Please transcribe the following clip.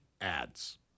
ads